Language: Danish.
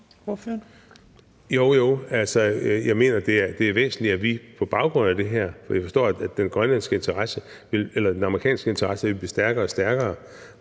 Jo, jo, jeg mener, det er væsentligt på baggrund af det her. For jeg forstår, at den amerikanske interesse vil blive stærkere og stærkere,